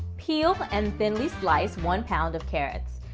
peel and thinly slice one pound of carrots.